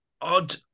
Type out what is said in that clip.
odd